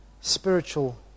spiritual